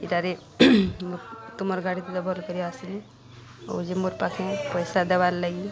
ଇଟାରେ ତୁମର ଗାଡ଼ି ତ ଭଲ୍ କରି ଆସିଲି ଆଉ ଯେ ମୋର୍ ପାଖେ ପଇସା ଦେବାର୍ ଲାଗି